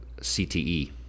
CTE